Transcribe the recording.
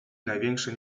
największe